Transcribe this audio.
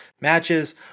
matches